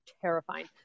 terrifying